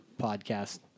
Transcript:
podcast